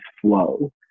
flow